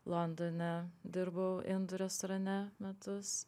londone dirbau indų restorane metus